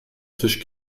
tisch